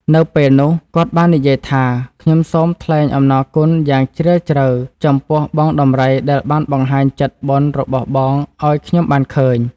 នៅពេលនោះគាត់បាននិយាយថា“ខ្ញុំសូមថ្លែងអំណរគុណយ៉ាងជ្រាលជ្រៅចំពោះ បងដំរីដែលបានបង្ហាញចិត្តបុណ្យរបស់បងឱ្យខ្ញុំបានឃើញ ។